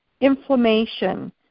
inflammation